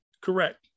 Correct